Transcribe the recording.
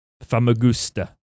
Famagusta